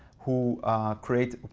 who create.